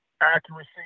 accuracy